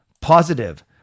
positive